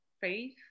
faith